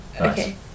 Okay